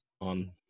on